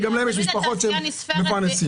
כי גם להם יש משפחות שהם מפרנסים.